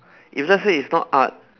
if let's say it's not art